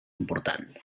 important